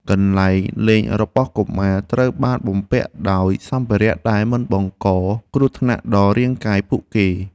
កន្លែងលេងរបស់កុមារត្រូវបានបំពាក់ដោយសម្ភារៈដែលមិនបង្កគ្រោះថ្នាក់ដល់រាងកាយពួកគេ។